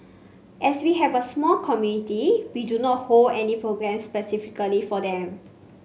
as we have a small community we do not hold any programmes specifically for them